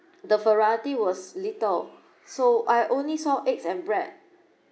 the variety was little so I only saw eggs and bread